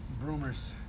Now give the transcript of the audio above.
Rumors